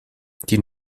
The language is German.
die